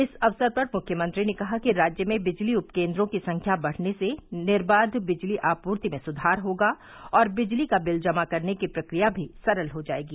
इस अवसर पर मुख्यमंत्री ने कहा कि राज्य में बिजली उपकेन्द्रों की संख्या बढ़ने से निर्बाध बिजली आपूर्ति में सुधार होगा और बिजली का बिल जमा करने की प्रक्रिया भी सरल हो जायेगी